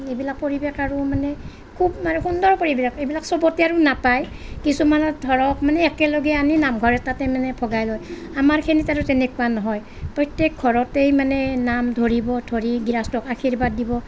এইবিলাক পৰিৱেশ আৰু মানে খুব মানে সুন্দৰ পৰিৱেশ এইবিলাক চবতে আৰু নাপায় কিছুমানত ধৰক মানে একেলগে আমি নামঘৰ এটাতে মানে ভগাই লয় আমাৰখিনিত আৰু তেনেকুৱা নহয় প্ৰত্যেক ঘৰতে মানে নাম ধৰিব ধৰি গৃহস্থক আশীৰ্বাদ দিব